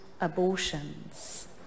abortions